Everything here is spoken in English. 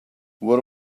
what